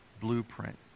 blueprint